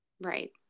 Right